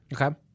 okay